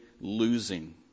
losing